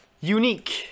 unique